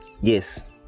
Yes